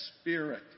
spirit